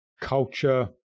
culture